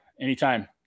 anytime